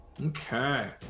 Okay